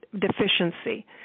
deficiency